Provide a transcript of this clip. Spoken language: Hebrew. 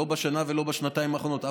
לא בשנה ולא בשנתיים האחרונות,